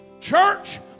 Church